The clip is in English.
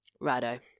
Righto